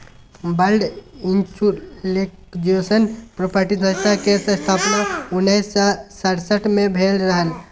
world intellectual property संस्था केर स्थापना उन्नैस सय सड़सठ मे भेल रहय